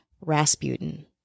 Rasputin